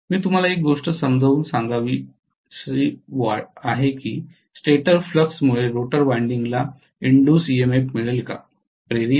मी तुम्हाला एक गोष्ट समजावून सांगावी अशी आहे स्टेटर फ्लक्समुळे रोटर वायंडिंगला इंड्यूज्ड ईएमएफ मिळेल का